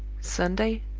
sunday,